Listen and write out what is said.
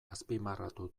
azpimarratu